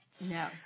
No